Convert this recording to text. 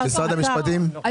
משרד המשפטים, יש לכם מה להגיד?